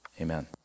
Amen